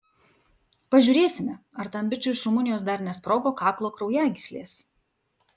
pažiūrėsime ar tam bičui iš rumunijos dar nesprogo kaklo kraujagyslės